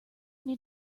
need